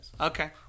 Okay